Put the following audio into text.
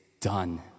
done